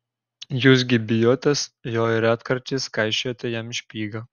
jūs gi bijotės jo ir retkarčiais kaišiojate jam špygą